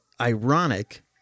ironic